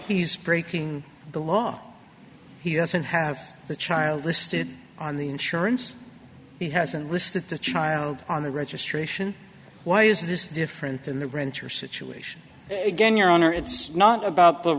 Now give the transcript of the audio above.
these breaking the law he doesn't have the child listed on the insurance he hasn't listed the child on the registration why is this different than the renter situation again your honor it's not about the